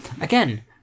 Again